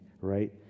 right